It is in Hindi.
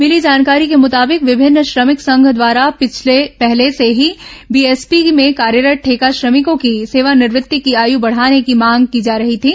मिली जानकारी के मुताबिक विभिन्न श्रमिक संघ द्वारा पहले से ही बीएसपी में कार्यरत् ठेका श्रमिकों की सेवानिवृत्ति की आयु बढ़ाने की मांग की जा रही थी